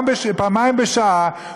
פעמיים בשעה,